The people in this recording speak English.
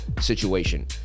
situation